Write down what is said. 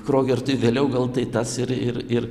krogertui vėliau gal tai tas ir ir ir